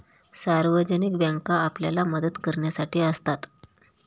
सार्वजनिक बँका आपल्याला मदत करण्यासाठी असतात